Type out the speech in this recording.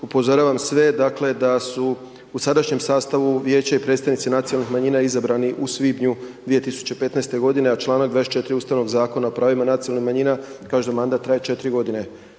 upozoravam sve, dakle, da su u sadašnjem sastavu Vijeća i predstavnici nacionalnih manjina izabrani u svibnju 2015. godine, a članak 24. ustavnog Zakona o pravima nacionalnih manjina, kaže da mandat traje četiri godine.